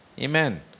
Amen